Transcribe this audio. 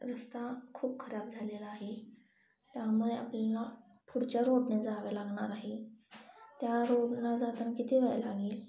रस्ता खूप खराब झालेला आहे त्यामुळे आपल्याला पुढच्या रोडनी जावे लागणार आहे त्या रोडनं जाताना किती वेळ लागेल